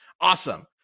Awesome